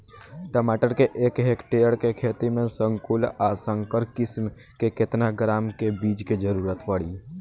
टमाटर के एक हेक्टेयर के खेती में संकुल आ संकर किश्म के केतना ग्राम के बीज के जरूरत पड़ी?